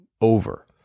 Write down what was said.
over